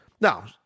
now